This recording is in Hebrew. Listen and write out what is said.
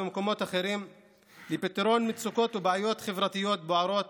במקומות אחרים לפתרון מצוקות ובעיות חברתיות בוערות